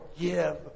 give